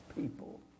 people